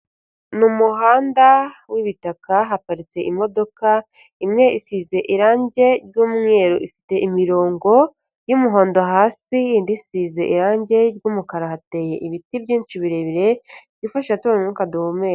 Ni umuhanda w'ibitaka haparitse imodoka, imwe isize irangi ry'umweru ifite imirongo y'umuhondo hasi, indi isize irangi ry'umukara, hateye ibiti byinshi birebire twifashisha tubona umwuka duhumeka.